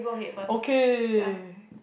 okay